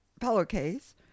pillowcase